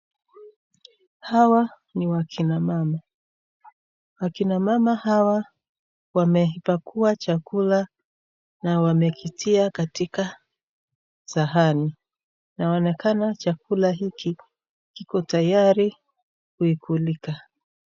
Hawa ni wakina mama. Wakina mama hawa wamepakua chakula na wamekitia katika sahani. Inaonekana chakula hiki kiko tayari kuikulika.